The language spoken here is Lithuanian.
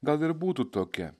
gal ir būtų tokia